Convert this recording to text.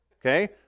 Okay